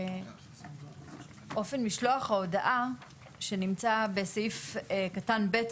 אופן משלוח ההודעה שנמצא בסעיף קטן (ב)